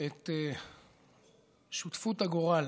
את שותפות הגורל